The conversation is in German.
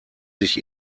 sich